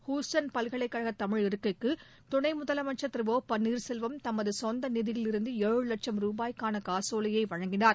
Houston பல்கலைக்கழக தமிழ் இருக்கைக்கு துணை முதலமைச்சள் திரு ஒ பன்னீர்செல்வம் தமது சொந்த நிதியிலிருந்து ஏழு வட்சம் ரூபாய்க்கான காசோலையை வழங்கினார்